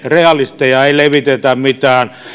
realisteja eikä levitetä mitään